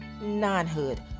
non-hood